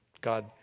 God